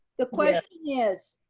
the question is,